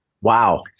Wow